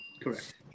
Correct